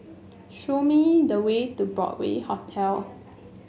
show me the way to Broadway Hotel